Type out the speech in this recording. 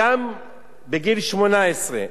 גם בגיל 18,